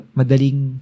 madaling